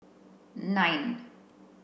nine